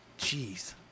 jeez